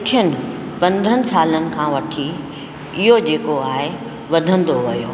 पुठियनि पंद्रहनि सालनि खां वठी इहो जेको आहे वधंदो वियो